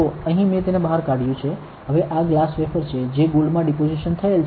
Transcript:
તો અહીં મેં તેને બહાર કાઢ્યું છે હવે આ ગ્લાસ વેફર છે જે ગોલ્ડમાં ડિપોઝિશન થયેલ છે